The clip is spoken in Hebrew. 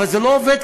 אבל זה לא עובד,